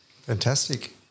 Fantastic